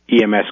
EMS